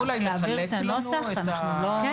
אתם יודעים אולי לחלק לנו את ההערות?